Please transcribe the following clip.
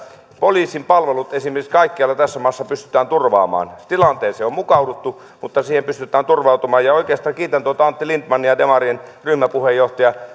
poliisin palvelut esimerkiksi kaikkialla tässä maassa pystytään turvaamaan tilanteeseen on mukauduttu mutta siihen pystytään turvautumaan oikeastaan kiitän antti lindtmania demarien ryhmäpuheenjohtajaa